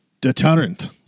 deterrent